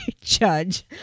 judge